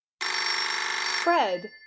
Fred